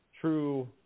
true